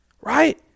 right